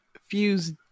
fuse